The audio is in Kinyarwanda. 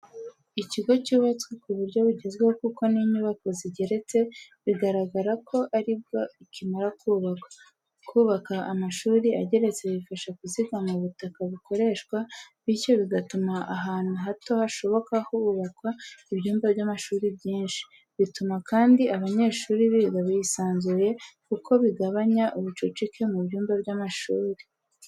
Ikigo cyubatswe ku buryo bugezweho kuko ni inyubako zigeretse, bigaragara ko ari bwo akimara kubakwa. Kubaka amashuri ageretse bifasha kuzigama ubutaka bukoreshwa, bityo bigatuma ahantu hato hashoboka kubakwa ibyumba by'amashuri byinshi. Bituma kandi abanyeshuri biga bisanzuye kuko bigabanya ubucucike mu byumba by’amashuri.